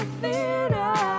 theater